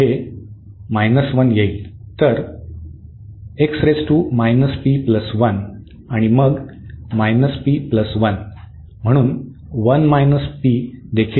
तर आणि मग म्हणून 1 p देखील येईल